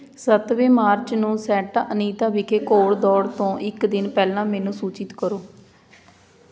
ਸੱਤਵੇਂ ਮਾਰਚ ਨੂੰ ਸੈਂਟਾ ਅਨੀਤਾ ਵਿਖੇ ਘੋੜ ਦੌੜ ਤੋਂ ਇੱਕ ਦਿਨ ਪਹਿਲਾਂ ਮੈਨੂੰ ਸੂਚਿਤ ਕਰੋ